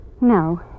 No